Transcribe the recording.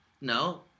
No